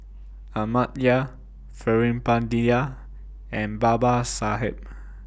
Amartya Veerapandiya and Babasaheb